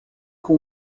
com